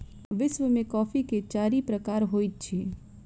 विश्व में कॉफ़ी के चारि प्रकार होइत अछि